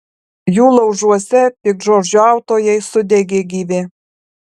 jų laužuose piktžodžiautojai sudegė gyvi